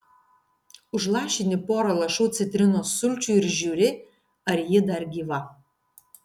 užlašini porą lašų citrinos sulčių ir žiūri ar ji dar gyva